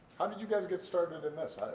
how did you guys get started in this?